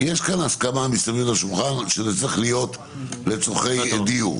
יש כאן הסכמה מסביב לשולחן שזה צריך להיות לצורכי דיור.